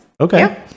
Okay